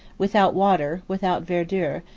without water, without verdure,